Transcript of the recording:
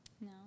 No